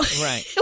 Right